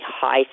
high